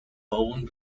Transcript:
bowen